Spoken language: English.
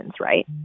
right